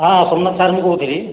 ହଁ ସୋମନାଥ ସାର୍ ମୁଁ କହୁଥିଲି